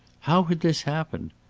how had this happened?